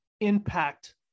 impact